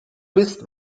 bist